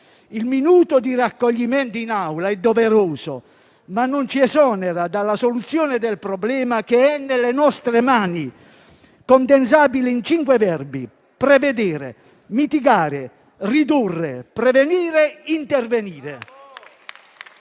Il minuto di raccoglimento in Aula è doveroso, ma non ci esonera dalla soluzione del problema che è nelle nostre mani, condensabile in cinque verbi: prevedere, mitigare, ridurre, prevenire e intervenire.